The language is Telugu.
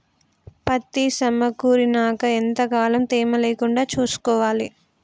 పత్తి సమకూరినాక ఎంత కాలం తేమ లేకుండా చూసుకోవాలి?